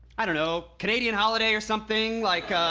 i don't know, canadian holiday or something? like ah.